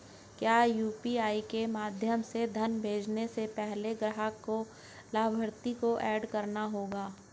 क्या यू.पी.आई के माध्यम से धन भेजने से पहले ग्राहक को लाभार्थी को एड करना होगा?